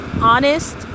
honest